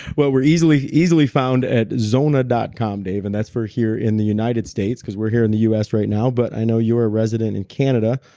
well we're easily easily found at zona dot com dave and that's for here in the united sates, because we're here in the us right now. but i know you're a resident in canada,